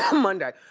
um monday